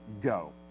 go